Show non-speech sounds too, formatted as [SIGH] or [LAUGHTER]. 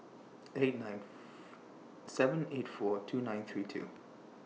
eight nine [NOISE] seven eight four two nine three two